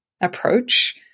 approach